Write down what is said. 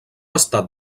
estat